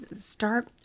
start